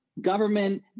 government